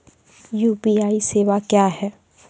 UPI सेवा क्या हैं?